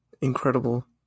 incredible